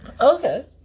okay